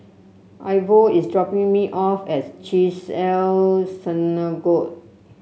Ivor is dropping me off at Chesed El Synagogue